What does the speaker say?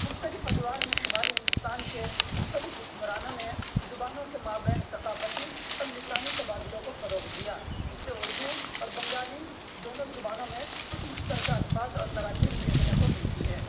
مختلف ادوار میں شمالی ہندوستان کے مختلف حکمرانوں نے زبانوں کے مابین ثقافتی اور لسانی تبادلوں کو فروغ دیا اس سے اردو اور بنگالی دونوں زبانوں میں کچھ مشترکہ الفاظ اور تراکیب دیکھنے کو ملتی ہیں